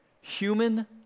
human